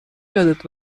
یادت